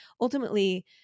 ultimately